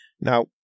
now